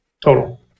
total